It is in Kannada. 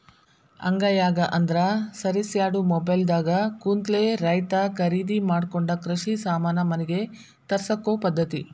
ಅಂಗೈಯಾಗ ಅಂದ್ರ ಸರಿಸ್ಯಾಡು ಮೊಬೈಲ್ ದಾಗ ಕುಂತಲೆ ರೈತಾ ಕರಿದಿ ಮಾಡಕೊಂಡ ಕೃಷಿ ಸಾಮಾನ ಮನಿಗೆ ತರ್ಸಕೊ ಪದ್ದತಿ